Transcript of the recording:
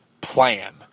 plan